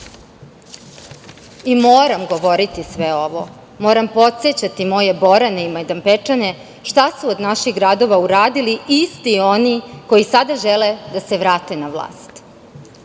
govoriti sve ovo, moram podsećati moje Borane i Majdanpekčane šta su od naših gradova uradili isti oni koji sada žele da se vrate na vlast.